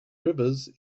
rivers